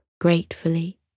gratefully